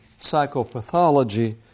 psychopathology